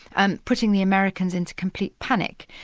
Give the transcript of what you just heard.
and putting the americans into complete panic.